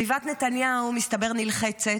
מסתבר שסביבת נתניהו נלחצת,